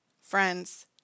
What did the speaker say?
Friends